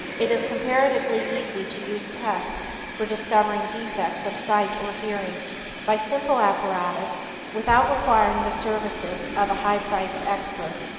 it is comparatively easy to use tests for discovering defects of sight or hearing by simple apparatus without requiring the services of a high-priced expert.